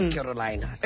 Carolina